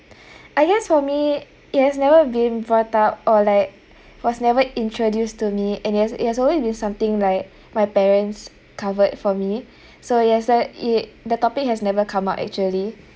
I guess for me it has never been brought up or like was never introduced to me and it has it has always been something like my parents covered for me so yes the i~ the topic has never come out actually